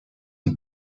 the